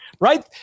Right